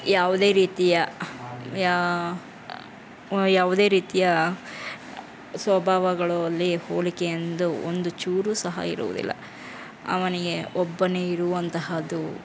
ಯಾವುದೇ ರೀತಿಯ ಯಾವುದೇ ರೀತಿಯ ಸ್ವಭಾವಗಳಲ್ಲಿ ಹೋಲಿಕೆ ಎಂದು ಒಂದು ಚೂರು ಸಹ ಇರುವುದಿಲ್ಲ ಅವನಿಗೆ ಒಬ್ಬನೇ ಇರುವಂತಹದ್ದು